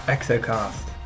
Exocast